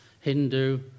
Hindu